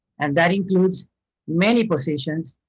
and that includes many positions,